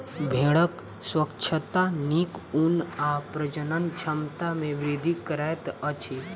भेड़क स्वच्छता नीक ऊन आ प्रजनन क्षमता में वृद्धि करैत अछि